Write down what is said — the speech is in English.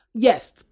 Yes